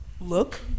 look